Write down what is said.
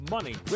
Money